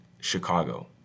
Chicago